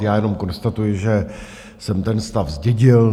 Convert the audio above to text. Já jenom konstatuji, že jsem ten stav zdědil.